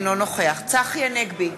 אינו נוכח צחי הנגבי,